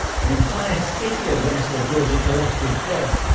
the entire city of leicester draws a collective breath.